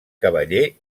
cavaller